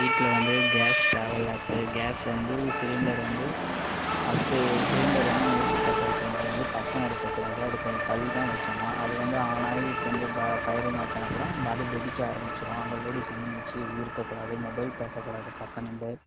வீட்டில் வந்து கேஸ் தேவை இல்லாது கேஸ் வந்து சிலிண்டர் வந்து அடுத்து சிலிண்டர் வந்து நெருப்பு பற்ற வைக்கும் போது வந்து பக்கம் இருக்கக்கூடாது அதுக்கு கொஞ்சம் தள்ளிதான் வைக்கணும் அது வந்து ஆனாகி கொஞ்சம் ஃபயரிங் ஆச்சுன்னா கூட அது வெடிக்க ஆரம்மிச்சுடும் அங்கே லேடீஸ் வந்து நிச்சயம் இருக்கக்கூடாது மொபைல் பேசக்கூடாது பக்கம் நின்று